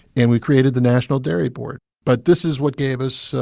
and we created the national dairy board. but this is what gave us,